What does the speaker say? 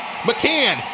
McCann